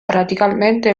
radicalmente